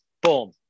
boom